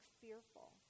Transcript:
fearful